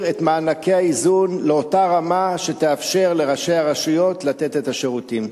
את מענקי האיזון לאותה רמה שתאפשר לראשי הרשויות לתת את השירותים.